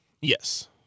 Yes